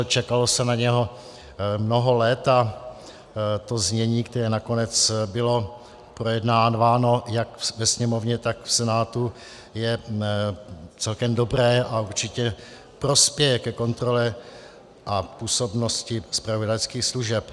Čekalo se na něj mnoho let a znění, které nakonec bylo projednáváno jak ve Sněmovně, tak v Senátu, je celkem dobré a určitě prospěje ke kontrole a působnosti zpravodajských služeb.